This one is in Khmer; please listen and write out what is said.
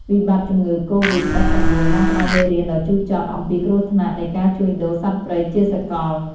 វិបត្តិជំងឺកូវីដ-១៩ បានផ្តល់មេរៀនដ៏ជូរចត់អំពីគ្រោះថ្នាក់នៃការជួញដូរសត្វព្រៃជាសកល។